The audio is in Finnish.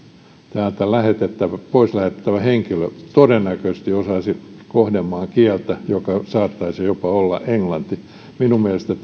täältä pois lähetettävä henkilö todennäköisesti osaisi kohdemaan kieltä joka saattaisi jopa olla englanti minun mielestäni